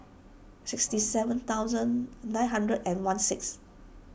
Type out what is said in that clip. sixty seven thousand nine hundred and one six